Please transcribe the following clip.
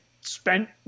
spent